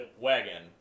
wagon